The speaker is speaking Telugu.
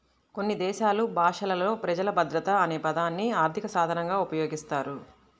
కొన్ని దేశాలు భాషలలో ప్రజలు భద్రత అనే పదాన్ని ఆర్థిక సాధనంగా ఉపయోగిస్తారు